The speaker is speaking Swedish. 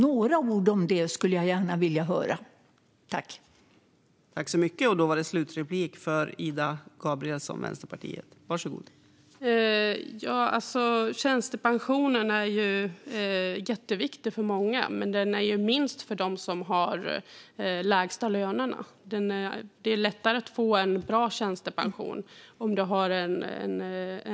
Jag skulle gärna vilja höra några ord om det.